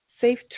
safe